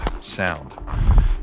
sound